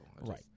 Right